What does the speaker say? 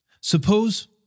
Suppose